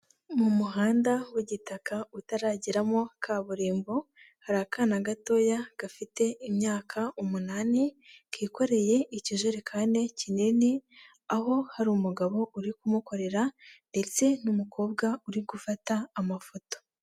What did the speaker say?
Mu muhanda w'igitaka utarageramo kaburimbo hari akana gatoya gafite imyaka umunani kikoreye ikijerekane kinini aho hari umugabo uri kumukorera ndetse n'umukobwa uri gufata amafoto.